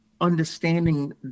understanding